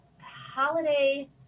holiday